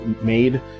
made